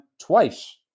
twice